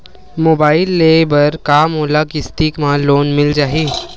Mobile ले बर का मोला किस्त मा लोन मिल जाही?